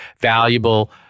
valuable